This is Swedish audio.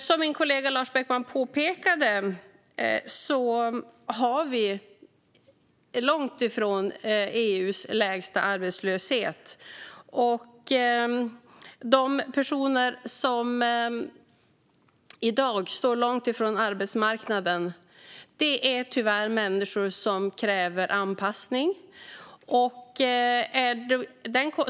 Som min kollega Lars Beckman påpekade har vi långt ifrån EU:s lägsta arbetslöshet. Och de människor som i dag står långt från arbetsmarknaden är tyvärr människor som kräver anpassning.